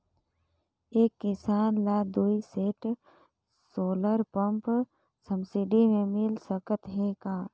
एक किसान ल दुई सेट सोलर पम्प सब्सिडी मे मिल सकत हे का?